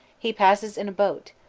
he passes in a boat,